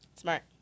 Smart